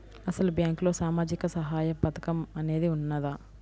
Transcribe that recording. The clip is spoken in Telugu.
అసలు బ్యాంక్లో సామాజిక సహాయం పథకం అనేది వున్నదా?